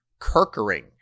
Kirkering